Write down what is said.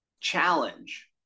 challenge